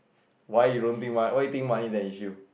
why you don't think why why think money is an issue